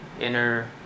inner